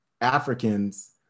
Africans